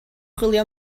chwilio